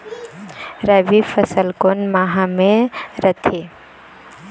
रबी फसल कोन माह म रथे?